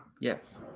Yes